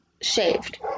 shaved